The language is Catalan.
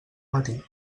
matí